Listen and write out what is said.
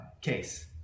case